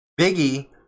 Biggie